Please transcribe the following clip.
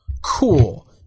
Cool